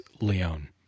Leon